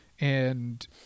And-